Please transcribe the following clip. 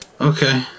okay